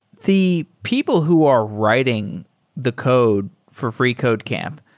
the people who are writing the code for freecodecamp,